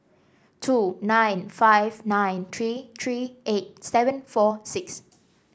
two nine five nine three three eight seven four six